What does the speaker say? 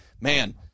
man